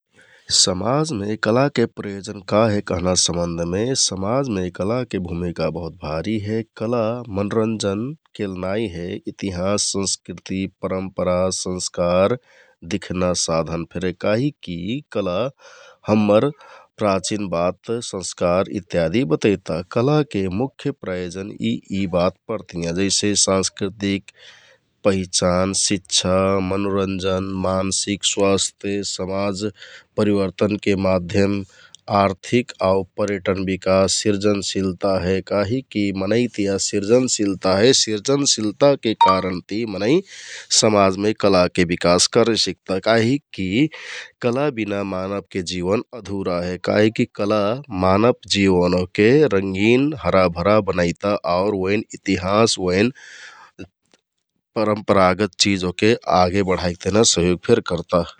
समाजमे कलाके प्रायोजन का हे कहना सम्बन्धमे समाजमे कलाके भुमिका बहुतभारि हे । कला मनोरन्जनकेल नाइ हे इतिहाँस, संस्कृति, परम्परा, संस्कार, दिखना साधान फेर है काहिककि कला हम्मर प्राचिनबात, संस्कार इत्यादि बतैता । कलाके मुख्य प्रायोजन यि यि बात परतियाँ जैसे साँस्कृतिक पहिचान, शिक्षा, मनोरन्जन, मानसिक स्वास्थ्य, समाज परिवर्तनके माध्यम, आर्थिक आउ पर्यटन बिकास, शिर्जनशिलता हे । काहिककि मनैंतिया सिर्जनशिलता हे, सिर्जनशिलताके कारणति मनैं समाजमे कलाके बिकास करे सिकता । काहिककि कला बिना मानवके जिवन अधुरा हे काहिककि कला मानव जिवन ओहके रंगिन, हराभरा बनैता आउर ओइन इतिहाँस ओइन परम्परागत चिज ओहके आगे बढाइक तहनि सहयोग फेक करता ।